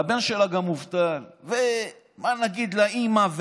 והבן שלה גם מובטל, ומה נגיד לאימא?